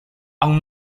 aún